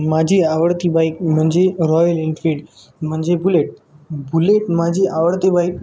माझी आवडती बाईक म्हणजे रॉयल इनफील्ड म्हणजे बुलेट बुलेट माझी आवडती बाईक